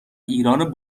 ایران